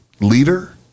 leader